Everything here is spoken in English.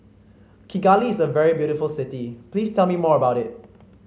Kigali is a very beautiful city Please tell me more about it